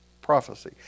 prophecy